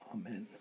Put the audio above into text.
Amen